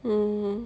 mmhmm